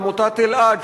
לעמותת אלע"ד,